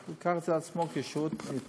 הוא לקח את זה על עצמו כשירות התנדבותי,